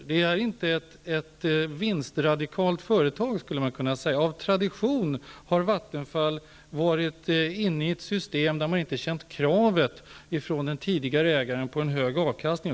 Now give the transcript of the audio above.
Vattenfall är inte ett vinstradikalt företag. Av tradition har Vattenfall funnits i ett system där man inte från den tidigare ägaren har känt kravet på en hög avkastning.